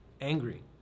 angry